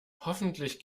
hoffentlich